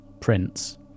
prince